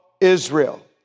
Israel